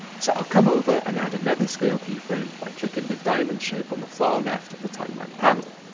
so i'll come over and add another scale keyframe by clicking the diamond shape on the far left of the timeline panel.